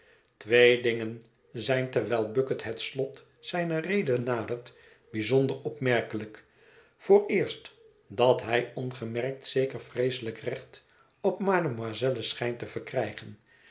twee dingen zijn terwijl bucket het slot zijne rede nadert bijzonder opmerkelijk vooreerst dat hij ongemerkt zeker vreeselijk recht op mademoiselle schijnt te verkrijgen